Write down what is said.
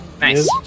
Nice